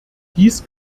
dies